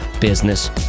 business